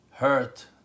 Hurt